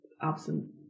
absent